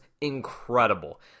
incredible